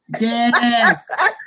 Yes